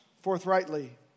forthrightly